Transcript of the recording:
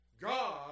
God